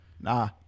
Nah